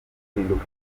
guhinduka